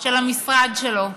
של המשרד שלו,